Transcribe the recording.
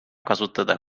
kasutada